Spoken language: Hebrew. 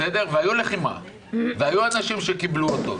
והיו אנשים שקיבלו אותו.